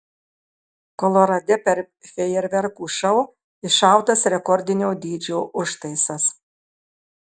kolorade per fejerverkų šou iššautas rekordinio dydžio užtaisas